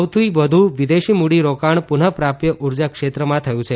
સૌથી વધુ વિદેશી મૂડીરોકાણ પુનઃ પ્રાપ્ય ઉર્જા ક્ષેત્રમાં થયું છે